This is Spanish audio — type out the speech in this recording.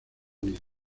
unidos